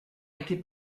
été